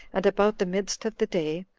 and about the midst of the day,